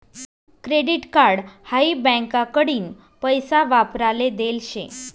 credit card हाई बँकाकडीन पैसा वापराले देल शे